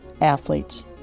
athletes